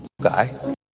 Guy